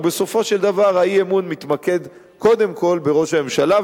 ובסופו של דבר האי-אמון מתמקד קודם כול בראש הממשלה.